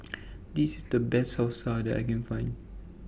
This IS The Best Salsa that I Can Find